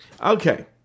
Okay